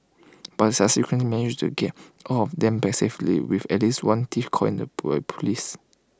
but subsequently managed to get all of them back safely with at least one thief caught by Police